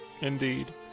Indeed